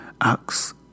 acts